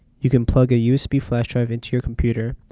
you can plug a usb flash drive into your computer,